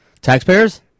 Taxpayers